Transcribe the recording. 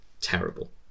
terrible